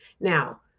Now